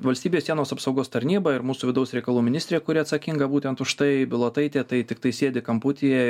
valstybės sienos apsaugos tarnyba ir mūsų vidaus reikalų ministrė kuri atsakinga būtent už tai bilotaitė tai tiktai sėdi kamputyje